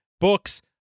books